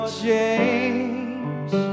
change